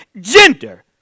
gender